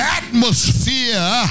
atmosphere